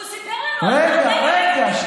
הוא סיפר לנו, רגע, שנייה.